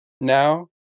Now